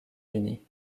unis